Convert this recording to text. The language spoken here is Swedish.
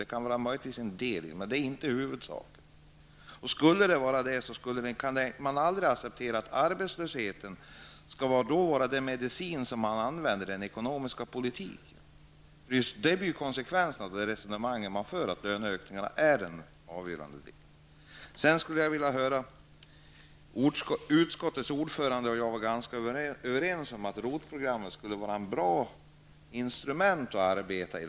De kan möjligen vara en del i det hela, men de är inte huvudorsaken. Även om de skulle vara det, kan man aldrig acceptera att arbetslösheten skall vara den medicin som används i den ekonomiska politiken. Det är ju konsekvensen av det resonemang som förs om att löneökningarna är en avgörande del. Utskottets ordförande och jag var ganska överens om att ROT-programmet skulle vara ett bra instrument att arbeta med.